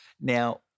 now